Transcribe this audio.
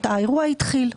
האירוע התחיל.